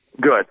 Good